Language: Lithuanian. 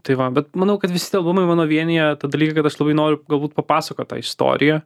tai va bet manau kad visi albumai mano vienija tą dalyką kad aš labai noriu galbūt papasakot tą istoriją